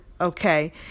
okay